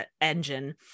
engine